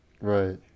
Right